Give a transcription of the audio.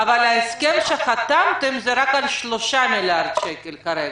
אבל הסכם שחתמתם הוא רק על 3 מיליארד שקלים כרגע,